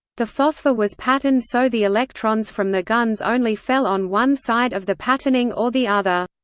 the phosphor was patterned so the electrons from the guns only fell on one side of the patterning or the other.